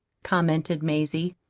commented mazie.